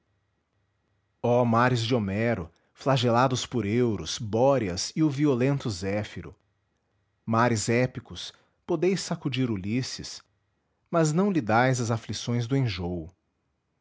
mares de homero flagelados por euros bóreas e o violento zéfiro mares épicos podeis sacudir ulisses mas não lhe dais as aflições do enjôo